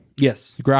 Yes